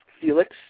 Felix